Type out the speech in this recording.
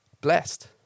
blessed